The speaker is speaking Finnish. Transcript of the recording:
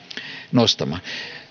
nostamaan